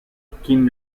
kim